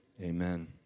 Amen